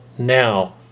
now